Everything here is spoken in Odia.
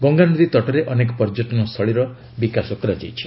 ଗଙ୍ଗାନଦୀ ତଟରେ ଅନେକ ପର୍ଯ୍ୟଟନ ସ୍ଥଳୀର ବିକାଶ କରାଯାଇଛି